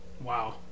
Wow